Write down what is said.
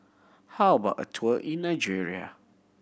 how about a tour in Nigeria